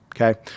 Okay